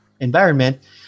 environment